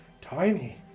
tiny